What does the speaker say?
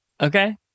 Okay